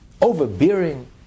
overbearing